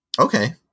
Okay